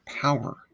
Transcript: power